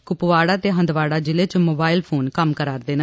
कुपवाड़ा ते हंदवाड़ा ज़िले च मोबाईल फोन कम्म करा'रदे न